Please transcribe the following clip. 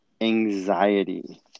anxiety